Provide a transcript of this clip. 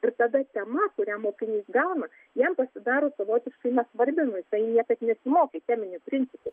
ir tada tema kurią mokinys gauna jam pasidaro savotiškai nesvarbi nu jisai niekad nesimokė teminiu principu